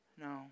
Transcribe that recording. No